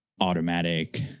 automatic